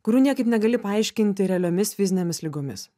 kurių niekaip negali paaiškinti realiomis fizinėmis ligomis